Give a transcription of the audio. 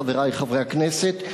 חברי חברי הכנסת,